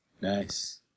nice